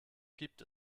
gibt